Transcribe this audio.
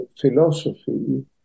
philosophy